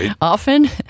Often